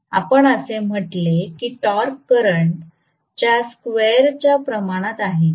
आपण असे म्हटले की टॉर्क करंट च्या स्क्वेअरच्या प्रमाणात आहे